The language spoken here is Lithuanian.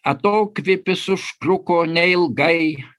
atokvėpis užtruko neilgai